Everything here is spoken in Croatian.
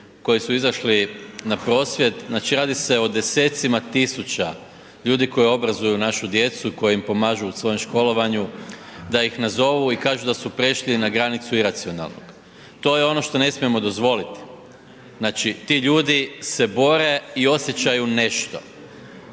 koji su izašli na prosvjed, znači radi se o desecima tisuća ljudi koji obrazuju našu djecu i koji im pomažu u svom školovanju da ih nazovu i kažu da su prešli na granicu iracionalnog. To je ono što ne smijemo dozvoliti. Znači ti ljudi se bore i osjećaju nešto.